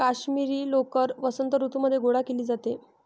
काश्मिरी लोकर वसंत ऋतूमध्ये गोळा केली जाते